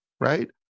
right